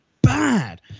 Bad